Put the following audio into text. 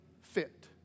fit